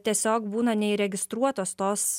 tiesiog būna neįregistruotos tos